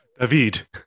david